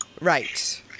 Right